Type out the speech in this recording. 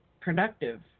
productive